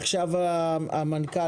עכשיו המנכ"ל,